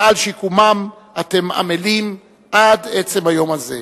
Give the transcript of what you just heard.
שעל שיקומם אתם עמלים עד עצם היום הזה.